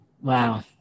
wow